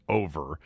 over